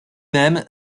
même